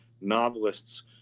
novelists